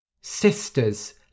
Sisters